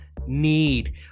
need